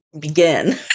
begin